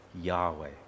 Yahweh